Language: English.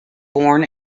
born